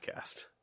podcast